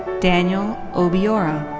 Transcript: daniel obiorah.